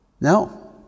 No